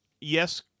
yes